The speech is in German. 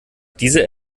diese